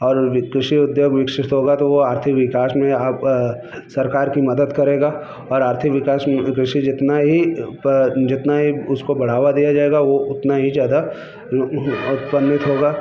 और कृषि उद्योग विकसित होगा तो वो आर्थिक विकास में आप सरकार की मदद करेगा और आर्थिक विकास कृषि जितना ही जितना ही उसको बढ़ावा दिया जाएगा वो उतना ही ज्यादा उत्पन्नित होगा